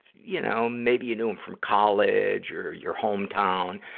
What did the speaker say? you know, maybe you knew em from college or your hometown.